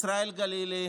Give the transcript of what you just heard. ישראל גלילי,